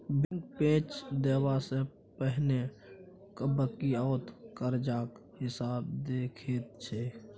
bank पैंच देबा सँ पहिने बकिऔता करजाक हिसाब देखैत छै